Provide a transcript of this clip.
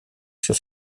sur